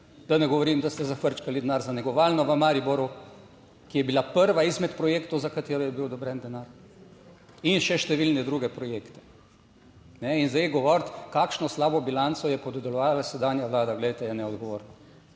Da ne govorim, da ste zafrčkali denar za negovalno v Mariboru, ki je bila prva izmed projektov, za katero je bil odobren denar in še številne druge projekte. In zdaj govoriti, kakšno slabo bilanco je podedovala sedanja Vlada, glejte je neodgovorno,